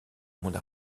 monde